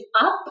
up